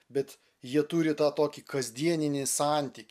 bet jie turi tą tokį kasdienį santykį